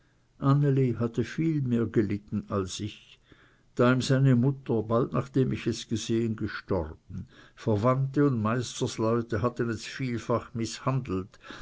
anneli hatte viel mehr gelitten als ich da ihm seine mutter bald nachdem ich es gesehen gestorben verwandte und meisterleute hatten es vielfach mißhandelt